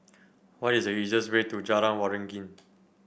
what is the easiest way to Jalan Waringin